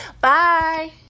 Bye